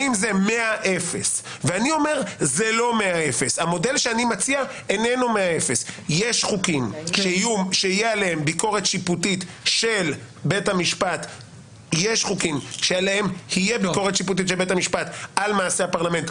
האם זה 100-0. אני אומר שזה לא 100-0. המודל שאני מציע איננו 100-0. יש חוקים שתהיה עליהם ביקורת שיפוטית של בית המשפט על מעשה הפרלמנט,